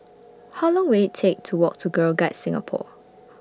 How Long Will IT Take to Walk to Girl Guides Singapore